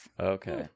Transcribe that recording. Okay